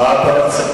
חברת הכנסת